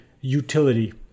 utility